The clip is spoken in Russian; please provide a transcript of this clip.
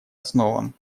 основам